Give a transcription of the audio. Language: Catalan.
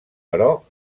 però